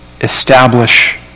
establish